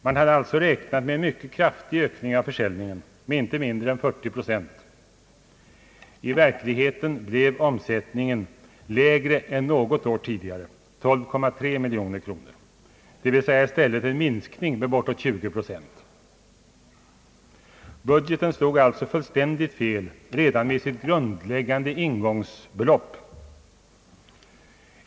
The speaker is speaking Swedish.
Man hade alltså räknat med en mycket kraftig ökning av försäljningen — inte mindre än 40 procent. I verkligheten blev omsättningen lägre än något år tidigare, 12,3 miljoner, dvs. i stället en minskning med bortåt 20 procent. Budgeten slog alltså fullständigt fel redan med sitt grundläggande ingångsbelopp.